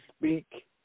speak